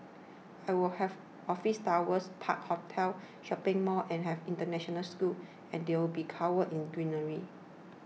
I will have office towers parks hotels shopping malls and have international school and they will be covered in greenery